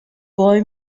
boy